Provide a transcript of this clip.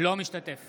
אינו משתתף